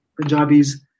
Punjabis